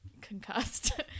concussed